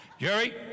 Jerry